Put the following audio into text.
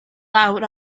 lawr